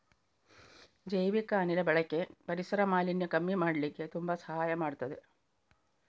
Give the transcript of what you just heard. ಜೈವಿಕ ಅನಿಲ ಬಳಕೆ ಪರಿಸರ ಮಾಲಿನ್ಯ ಕಮ್ಮಿ ಮಾಡ್ಲಿಕ್ಕೆ ತುಂಬಾ ಸಹಾಯ ಮಾಡ್ತದೆ